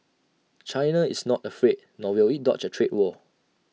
China is not afraid nor will IT dodge A trade war